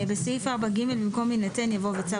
(6) בסעיף 4(ג) במקום "יינתן" יבוא "וצו